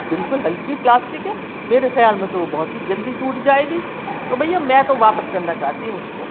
بالکل ہلکی پلاسٹک ہے میرے خیال میں تو وہ بہت ہی جلدی ٹوٹ جائے گی تو بھیا میں تو واپس کرنا چاہتی ہوں اُس کو